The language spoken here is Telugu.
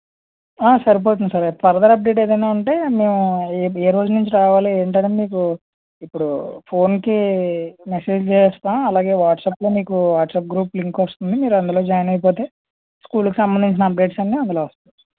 సరిపోతుంది సార్ ఫరదర్ అప్డేట్ ఏదైనా ఉంటే మేము ఏ ఏ రోజు నుంచి రావాలి ఏంటనేది మీకు ఇప్పుడు ఫోన్కి మెసేజ్ చేస్తాము అలాగే వాట్సాప్లో మీకు వాట్సాప్ గ్రూప్ లింక్ వస్తుంది మీరందులో జాయిన్ అయిపోతే స్కూల్కి సంబంధించిన అప్డేట్స్ అన్నీ అందులో వస్తాయి